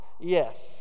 yes